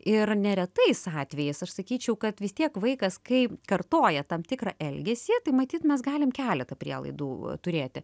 ir neretais atvejais aš sakyčiau kad vis tiek vaikas kai kartoja tam tikrą elgesį tai matyt mes galim keletą prielaidų turėti